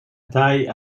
taille